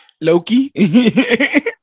Loki